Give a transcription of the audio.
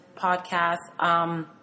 podcast